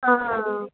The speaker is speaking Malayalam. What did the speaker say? ആ ആ ആ